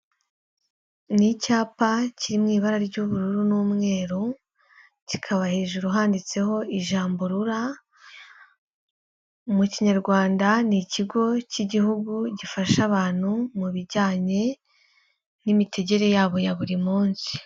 Ni icyapa kiri mu ibara ry'ubururu n'umweru, kikaba hejuru handitseho ijambo rura, mu kinyarwanda ni ikigo cy'igihugu gifasha abantu mu bijyanye n'imitegire yabo ya buri munsi.